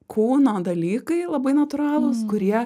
kūno dalykai labai natūralūs kurie